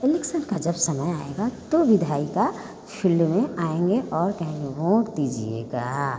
election का जब समय आएगा तो विधायिका फिल्ड में आएंगे और कहेंगे वोट दीजिएगा